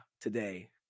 today